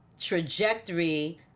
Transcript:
trajectory